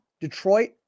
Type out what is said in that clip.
Detroit